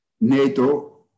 NATO